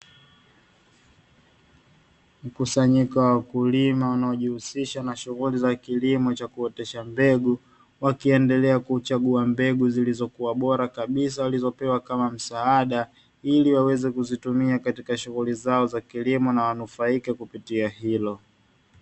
Mkusanyiko wa wakulima wanajihusisha na shughuli ya kilimo cha kuotesha mbegu, wakiendelea kuchagua mbegu bora walizopewa kama msaada, ili waweze kuzitumia katika shughuli zao za kilimo na wanufaike kupitia hilo.